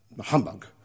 Humbug